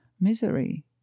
misery